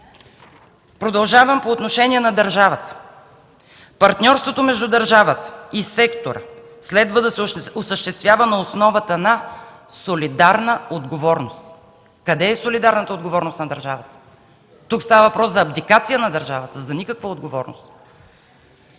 Продължавам по отношение на държавата. „Партньорството между държавата и сектора следва да се осъществява на основата на солидарна отговорност.” Къде е солидарната отговорност на държавата? Тук става въпрос за абдикация на държавата – за никаква отговорност.